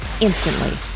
instantly